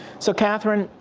so, katherine,